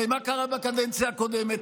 הרי מה קרה בקדנציה הקודמת?